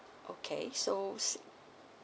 okay so s~